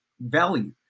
value